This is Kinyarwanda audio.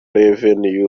revenue